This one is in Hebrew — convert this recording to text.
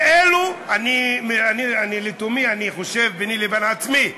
ואלו, לתומי אני חושב, ביני לבין עצמי,